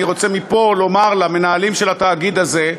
אני רוצה מפה לומר למנהלים של התאגיד הזה,